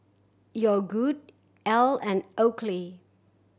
Yogood Elle and Oakley